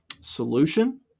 solution